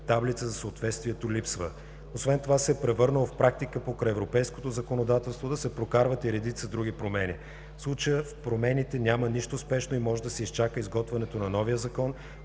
таблица за съответствието липсва. Освен това се е превърнало в практика покрай европейското законодателство да се прокарват и редица други промени. В случая в промените няма нищо спешно и може да се изчака изготвянето на новия закон,